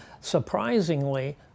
surprisingly